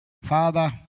father